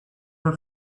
her